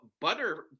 butter